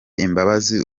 imbabazi